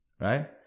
right